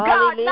God